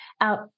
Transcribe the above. out